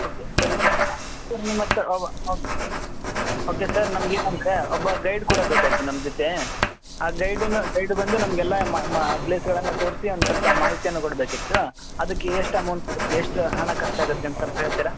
okay ಸರಿ sir ನಿಮ್ಮ ಹತ್ರ ಓಕೆ ಸರ್ ನಮಗೇನಂದ್ರೆ ಒಬ್ಬ ಗೈಡ್ ಕೂಡ ಬೇಕಾಗಿತ್ತು ನಮ್ಮ ಜೊತೆ ಆ ಗೈಡೂ ಗೈಡ್ ಬಂದು ನಮ್ಗೆ ಎಲ್ಲ ಪ್ಲೇಸ್ಗಳನ್ನ ತೋರಿಸಿ ಒಂದು ಸ್ವಲ್ಪ ಮಾಹಿತಿಯನ್ನು ಕೊಡಬೇಕಿತ್ತು ಅದಕ್ಕೆ ಎಷ್ಟು ಅಮೌಂಟ್ ಆಗುತ್ತೆ ಎಷ್ಟು ಹಣ ಖರ್ಚಾಗುತ್ತೆ ಅಂತ ಸ್ವಲ್ಪ ಹೇಳ್ತೀರಾ